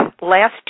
last